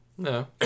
No